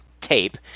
tape